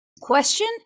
question